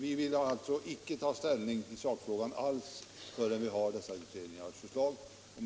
Vi vill alltså inte alls ta ställning i sakfrågorna förrän utredningarnas förslag föreligger. Herr talman!